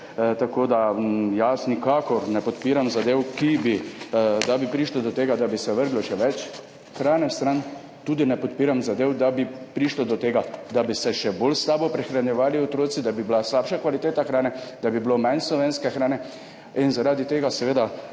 Tako da jaz nikakor ne podpiram zadev, da bi prišlo do tega, da bi se vrglo še več hrane stran. Tudi ne podpiram zadev, da bi prišlo do tega, da bi se še bolj slabo prehranjevali otroci, da bi bila slabša kvaliteta hrane, da bi bilo manj slovenske hrane. Zaradi tega seveda